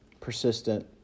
persistent